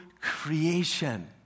creation